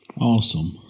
Awesome